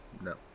No